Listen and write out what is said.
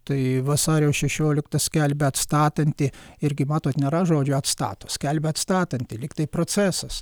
tai vasario šešiolikta skelbia atstatanti irgi matote nėra žodžio atstato skelbia atstatanti lyg tai procesas